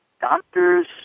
Doctors